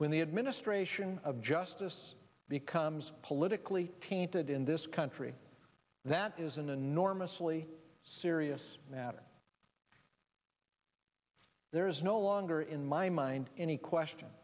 when the administration of justice becomes politically tainted in this country that is an enormously serious matter there is no longer in my mind any question